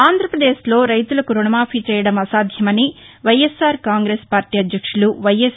ఆంధ్రాపదేశ్లో రైతులకు రుణమాఫీ చెయ్యడం అసాధ్యమని వైఎస్సార్ కాంగ్రెస్ పార్టీ అధ్యక్షులు వైఎస్